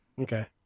Okay